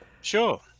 Sure